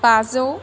बाजौ